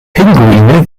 pinguine